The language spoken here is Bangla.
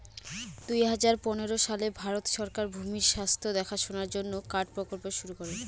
দুই হাজার পনেরো সালে ভারত সরকার ভূমির স্বাস্থ্য দেখাশোনার জন্য কার্ড প্রকল্প শুরু করে